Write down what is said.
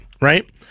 Right